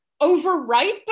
overripe